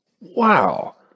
Wow